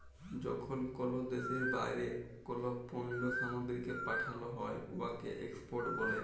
যখল কল দ্যাশের বাইরে কল পল্ল্য সামগ্রীকে পাঠাল হ্যয় উয়াকে এক্সপর্ট ব্যলে